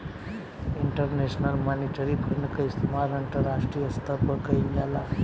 international monetary fund के इस्तमाल अंतरराष्ट्रीय स्तर पर कईल जाला